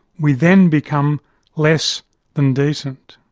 we then become less than decent.